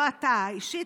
לא אתה אישית,